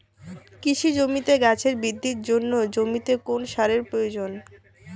কৃষি জমিতে গাছের বৃদ্ধির জন্য জমিতে কোন সারের প্রয়োজন?